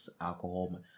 alcohol